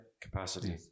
capacity